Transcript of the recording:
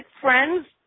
Friends